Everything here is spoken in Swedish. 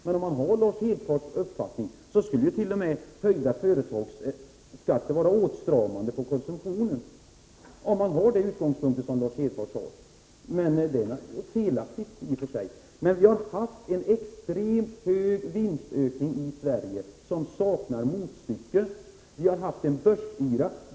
Men om man har den utgångspunkt som Lars Hedfors har, skulle t.o.m. höjda företagsskatter vara åtstramande på konsumtionen. Det är felaktigt i och för sig. Vi har i Sverige haft en extremt hög vinstökning som saknar motstycke, och vi har haft en börsyra.